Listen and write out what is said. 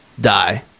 die